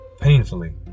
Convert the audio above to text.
painfully